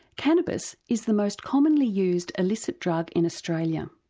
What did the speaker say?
cannabis is the most commonly used illicit drug in australia,